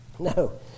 No